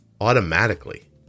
automatically